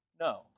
No